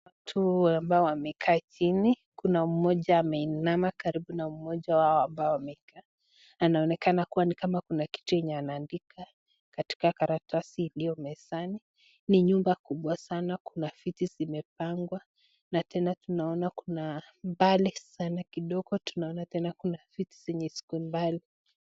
Watu ambao wamekaa chini kuna mmoja ameinama karibu na mmoja wao ambao amekaa anaonekana kuwa ni kama kuna kitu anaandika katika karatasi iliyo mezani, ni nyumba kubwa sana kuna viti zimepangwa na tena tunaona kuna mbali sana kidogo tunaona tena kuna viti zenye ziko mbali.